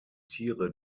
tiere